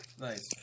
Nice